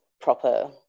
proper